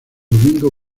domingo